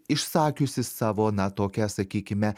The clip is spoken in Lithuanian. išsakiusi savo na tokią sakykime